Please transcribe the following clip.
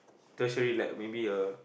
tertiary le~ maybe a